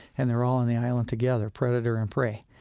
and they're all on the island together, predator and prey.